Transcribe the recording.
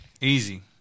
Easy